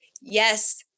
yes